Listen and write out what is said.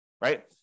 right